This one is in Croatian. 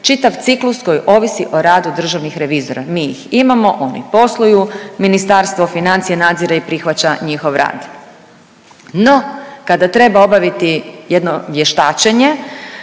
čitav ciklus koji ovisi o radu državnih revizora. Mi ih imamo, oni posluju. Ministarstvo financija nadzire i prihvaća njihov rad. No kada treba obaviti jedno vještačenje,